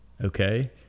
okay